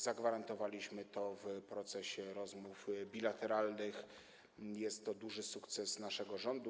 Zagwarantowaliśmy to w procesie rozmów bilateralnych, jest to duży sukces naszego rządu.